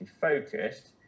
focused